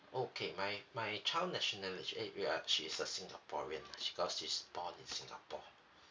okay my my child nationality we are she is a singaporean lah because she's born in singapore